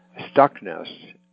stuckness